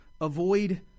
avoid